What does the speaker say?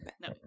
No